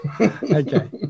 Okay